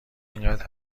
اینقدر